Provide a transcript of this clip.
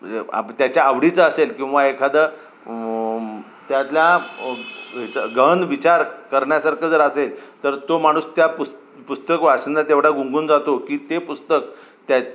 त्याच्या आवडीचं असेल किंवा एखादं त्यातल्या गहन याचा विचार करण्यासारखं जर असेल तर तो माणूस त्या पुस् पुस्तक वाचण्यात एवढा गुंगून जातो की ते पुस्तक त्या